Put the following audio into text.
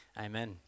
Amen